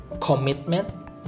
commitment